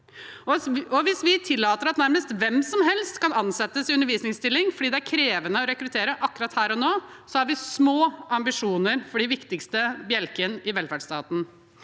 Og hvis vi tillater at nærmest hvem som helst kan ansettes i undervisningsstilling fordi det er krevende å rekruttere akkurat her og nå, har vi små ambisjoner for den viktigste bjelken i velferdsstaten.